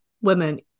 women